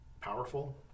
powerful